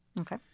Okay